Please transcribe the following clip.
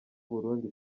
burundi